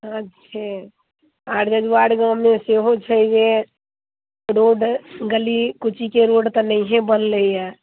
अच्छा आर जजुआर गाँवमे सेहो छैहे रोड गली कूचीके रोड तऽ नहिए बनलैया